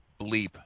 bleep